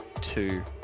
two